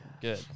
Good